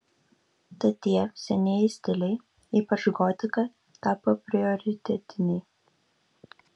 tad tie senieji stiliai ypač gotika tapo prioritetiniai